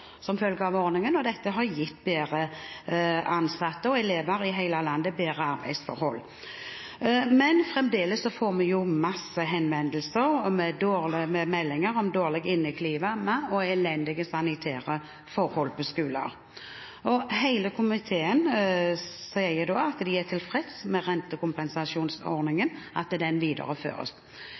som følge av ordningen. Dette har gitt ansatte og elever i hele landet bedre arbeidsforhold. Men fremdeles får vi mange henvendelser og meldinger om dårlig inneklima og elendige sanitærforhold på skoler. Hele komiteen sier de er tilfreds med at rentekompensasjonsordningen videreføres. Hva er grunnen til at de rød-grønne ikke viderefører og ivaretar dette i sitt budsjett? Jeg tror den